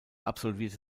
absolvierte